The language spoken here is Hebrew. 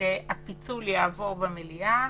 אושרה.